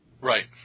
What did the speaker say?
Right